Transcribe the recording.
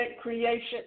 creation